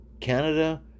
Canada